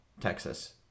Texas